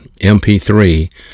MP3